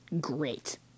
Great